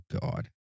God